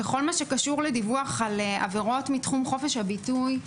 בכל מה שקשור לדיווח על עבירות מתחום חופש הביטוי,